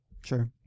Sure